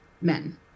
men